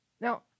Now